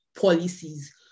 policies